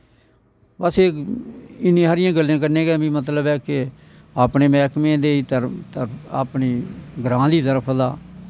बस एह् इन्नी हारी गल्लें कन्नै गै में मतलव ऐ अपने मैह्ने दे ग्रांऽ दी तरफ दा